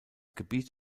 gebiet